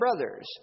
brothers